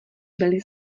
byly